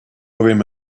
urim